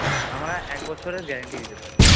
আমরা এক বছরের গ্যারেন্টি দিতে পারি